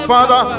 Father